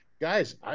guys